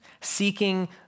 seeking